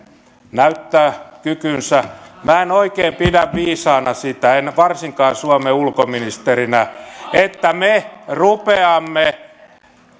näyttää kykynsä minä en oikein pidä viisaana sitä en varsinkaan suomen ulkoministerinä että me rupeamme